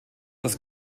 das